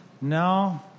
No